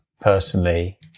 personally